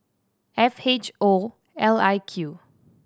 F H O L I Q